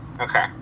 Okay